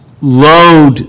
load